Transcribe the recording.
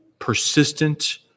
persistent